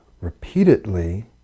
repeatedly